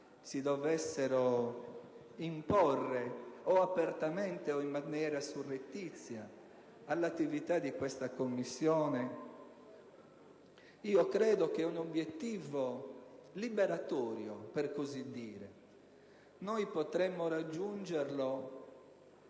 si dovessero imporre apertamente o in maniera surrettizia all'attività di questa Commissione, credo che un obiettivo liberatorio potremmo raggiungerlo